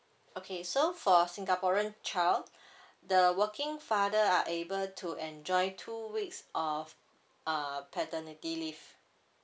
okay so for singaporean child the working father are able to enjoy two weeks of uh paternity leave